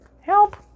help